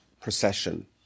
procession